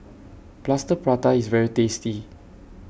Plaster Prata IS very tasty